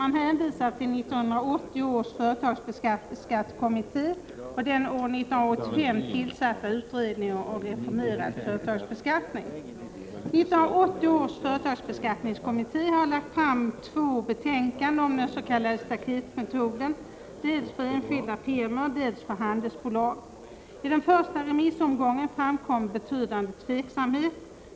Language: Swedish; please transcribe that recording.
Man hänvisar till 1980 års företagsskattekommitté och den år 1985 tillsatta utredningen om reformerad företagsbeskattning. 1980 års företagsbeskattningskommitté har lagt fram två betänkanden om den s.k. staketmetoden, dels för enskilda firmor, dels för handelsbolag. Vid den första remissomgången framkom betydande tveksamhet.